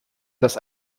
das